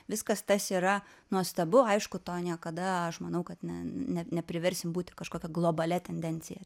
viskas tas yra nuostabu aišku to niekada aš manau kad ne ne nepriversim būti kažkokia globalia tendencija